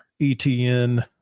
ETN